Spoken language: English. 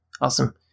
awesome